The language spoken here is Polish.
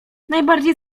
najbardziej